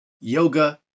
yoga